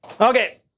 Okay